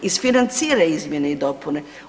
Isfinancira izmjene i dopune.